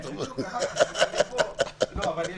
אז,